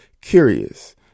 curious